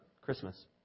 Christmas